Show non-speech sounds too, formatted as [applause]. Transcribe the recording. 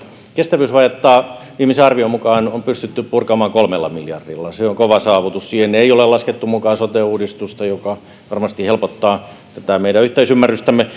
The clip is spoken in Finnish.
kestävyysvajetta on viimeisen arvion mukaan pystytty purkamaan kolme miljardil la se on kova saavutus siihen ei ole laskettu mukaan sote uudistusta joka varmasti helpottaa meidän yhteisymmärrystämme [unintelligible]